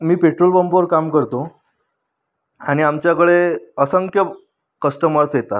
मी petrol पंपावर काम करतो आणि आमच्याकडे असंख्य कस्टमर्स येतात